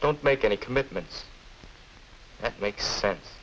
don't make any commitments that makes sense